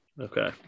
Okay